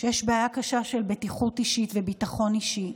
כשיש בעיה קשה של בטיחות אישית וביטחון אישי,